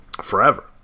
forever